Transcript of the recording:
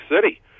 City